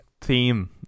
theme